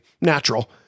Natural